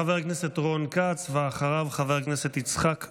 חבר הכנסת רון כץ, ואחריו, חבר הכנסת יצחק קרויזר.